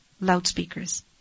loudspeakers